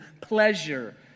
pleasure